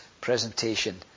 presentation